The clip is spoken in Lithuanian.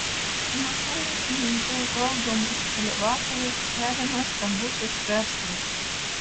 pamažu ūkininkų valdomus elevatorius perima stambusis verslas